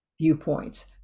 viewpoints